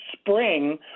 spring –